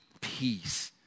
peace